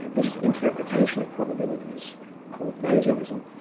this interpretation of probabilities called bayesianism,